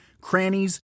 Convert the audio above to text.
crannies